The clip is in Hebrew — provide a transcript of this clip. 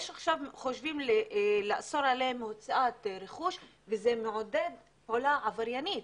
עכשיו חושבים לאסור עליהם הוצאת רכוש וזה מעודד פעולה עבריינית.